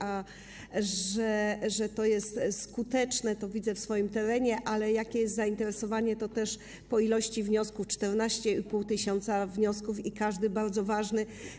A że to jest skuteczne, to widzę w swoim terenie, a jakie jest zainteresowanie, to też po ilości wniosków - 14,5 tys. wniosków i każdy bardzo ważny.